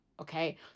Okay